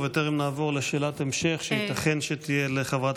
ובטרם נעבור לשאלת המשך שייתכן שתהיה לחברת